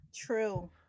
True